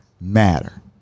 matter